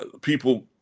people